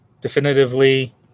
definitively